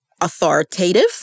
authoritative